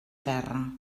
terra